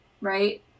right